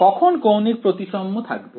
কখন কৌণিক প্রতিসাম্য থাকবে